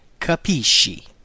Capisci